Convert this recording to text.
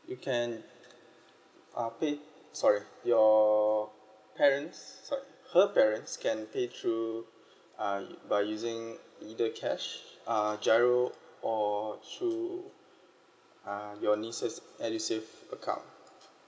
you can uh pay sorry your parents sorry her parents can pay through uh by using either cash uh GIRO or through uh your niece's edusave account